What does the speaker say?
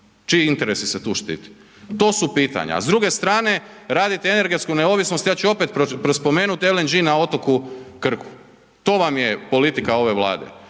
Čiji interes se tu štiti? To su pitanja. A s druge strane, radite energetsku neovisnost, ja ću opet spomenuti LNG na otoku Krku. To vam je politika ove Vlade,